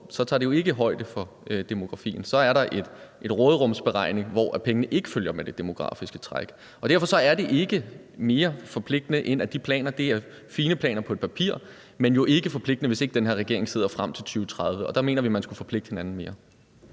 tager det ikke højde for demografien. Så er der en råderumsberegning, hvor pengene ikke følger med det demografiske træk, og derfor er det ikke mere forpligtende, end at de planer er fine planer på et stykke papir, men jo ikke forpligtende, hvis ikke den her regering sidder frem til 2030, og der mener vi at man skulle forpligte hinanden mere.